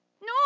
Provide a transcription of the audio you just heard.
No